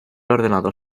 ordenado